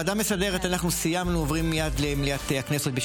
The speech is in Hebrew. הודעה לסגנית מזכיר הכנסת.